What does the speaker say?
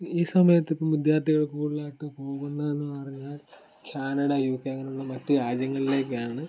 ഈ സമയത്ത് ഇപ്പം വിദ്യാർത്ഥികൾ കൂടുതലായിട്ടും പോകുന്നത് എന്ന് പറഞ്ഞാൽ കാനഡ യു കെ അങ്ങനെയുള്ള മറ്റു രാജ്യങ്ങളിലേക്കാണ്